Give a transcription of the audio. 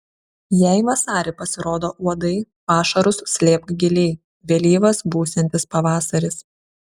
jei vasarį pasirodo uodai pašarus slėpk giliai vėlyvas būsiantis pavasaris